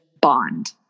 bond